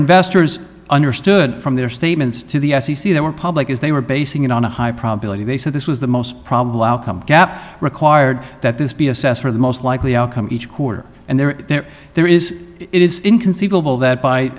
investors understood from their statements to the f c c they were public as they were basing it on a high probability they said this was the most probable outcome gap required that this be assessed for the most likely outcome each quarter and they're there there is it is inconceivable that by